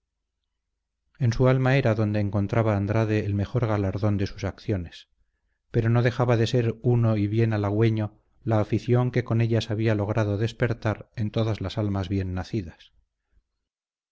en su alma era donde encontraba andrade el mejor galardón de sus acciones pero no dejaba de ser uno y bien halagüeño la afición que con ellas había logrado despertar en todas las almas bien nacidas